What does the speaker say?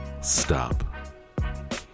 stop